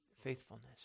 faithfulness